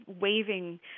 waving